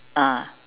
ah